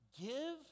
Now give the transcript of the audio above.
Give